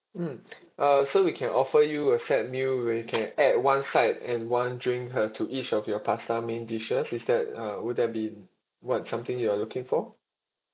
mm uh so we can offer you a set meal we can add one side and one drink uh to each of your pasta main dishes is that uh would that be what something you are looking for